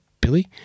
Billy